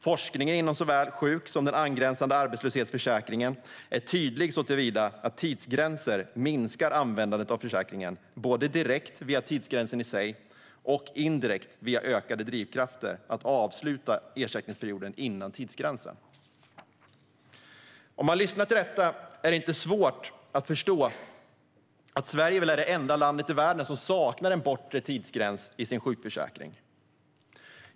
- Forskningen inom såväl sjuk som den angränsande arbetslöshetsförsäkringen är tydlig såtillvida att tidsgränser minskar användningen av försäkringen både direkt, via tidsgränsen i sig, och indirekt via ökade drivkrafter att avsluta ersättningsperioden innan tidsgränsen." Om man lyssnar till detta är det inte svårt att förstå att Sverige väl är det enda land i världen som saknar en bortre tidsgräns i sin sjukförsäkring.